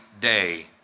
day